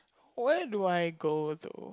where do I go though